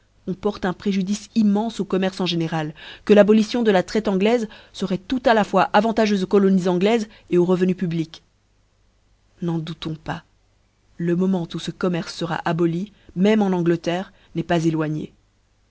on porte un préjudice immenfe au commerce en générai que l'abolition de la traite angloife feroit tout a la fois avantageuiè aux colonies angloifes aux revenus publics n'en doutons pas le moment où ce commerce fera aboli même en angleterre n'eft